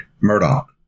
Murdoch